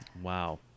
Wow